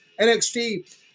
NXT